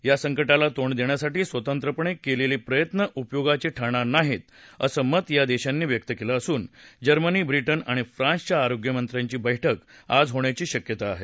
या संकटाला तोंड देण्यासाठी स्वतंत्रपणे केलेले प्रयत्न उपयोगाचे ठरणार नाहीत असं मत या देशांनी व्यक्त केलं असून जर्मनी ब्रिटन आणि फ्रान्सच्या आरोग्यमंत्र्यांची बैठक आज होण्याची शक्यता आहे